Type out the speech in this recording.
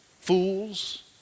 Fools